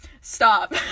stop